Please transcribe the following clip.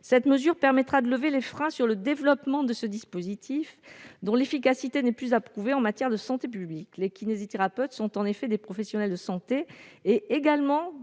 Cette mesure permettra de lever les freins sur le développement de ce dispositif dont l'efficacité n'est plus à prouver en matière de santé publique. Les kinésithérapeutes sont en effet des professionnels de santé, mais